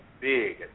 big